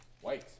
White